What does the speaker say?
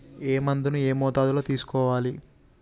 ఏ మందును ఏ మోతాదులో తీసుకోవాలి?